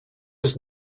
was